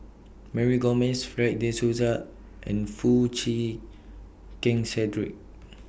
Mary Gomes Fred De Souza and Foo Chee Keng Cedric